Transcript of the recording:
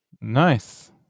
Nice